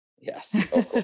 Yes